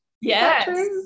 Yes